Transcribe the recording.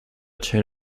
turn